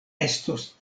estos